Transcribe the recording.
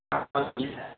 okay sir